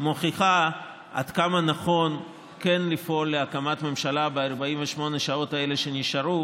מוכיחה עד כמה נכון כן לפעול להקמת ממשלה ב-48 השעות האלה שנשארו,